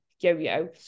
yo-yo